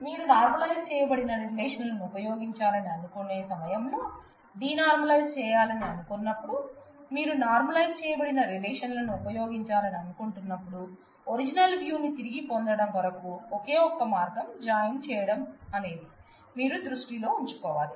మీరు నార్మలైజ్ చేయబడిన రిలేషన్లను ఉపయోగించాలని అనుకునే సమయంలో డీ నార్మలైజ్ చేయాలని అనుకున్నప్పుడు మీరు నార్మలైజ్ చేయబడిన రిలేషన్లను ఉపయోగించాలని అనుకుంటున్నప్పుడు ఒరిజినల్ వ్యూని తిరిగి పొందడం కొరకు ఒకే ఒక్క మార్గం జాయిన్ చేయడం అనేది మీరు దృష్టిలో ఉంచుకోవాలి